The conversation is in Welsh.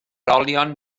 olion